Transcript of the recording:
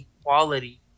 equality